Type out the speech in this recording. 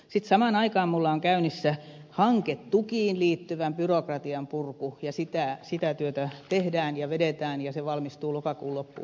sitten samaan aikaan minulla on käynnissä hanketukiin liittyvän byrokratian purku ja sitä työtä tehdään ja vedetään ja se valmistuu lokakuun loppuun mennessä